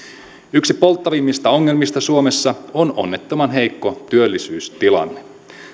yksi polttavimmista ongelmista suomessa on onnettoman heikko työllisyystilanne